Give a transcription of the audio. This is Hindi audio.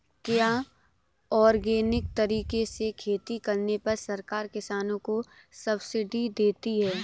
क्या ऑर्गेनिक तरीके से खेती करने पर सरकार किसानों को सब्सिडी देती है?